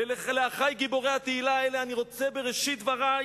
ולאחי גיבורי התהילה האלה אני רוצה בראשית דברי